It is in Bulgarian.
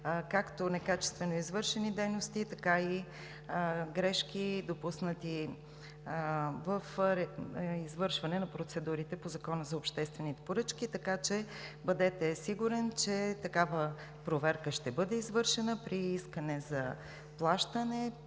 както некачествено извършени дейности, така и грешки, допуснати в извършване на процедурите по Закона за обществените поръчки. Бъдете сигурен, че такава проверка ще бъде извършена при искане за плащане